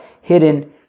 hidden